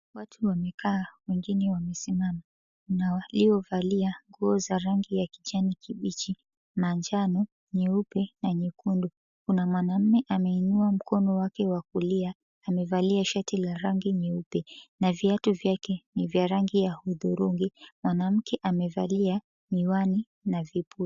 Watu wamekaa wengine wamesimama. Kuna waliovalia nguo za rangi ya kijani kibichi, manjano , nyeupe na nyekundu. Kuna mwanaume ameinua mkono wake wa kulia, amevalia shati la rangi nyeupe na viatu vyake ni vya rangi ya hudhurungi. Mwanamke amevalia miwani na vipuli.